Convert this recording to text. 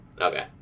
Okay